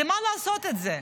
למה לעשות את זה?